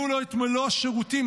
יהיו את מלוא השירותים.